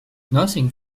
nothing